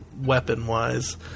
weapon-wise